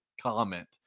comment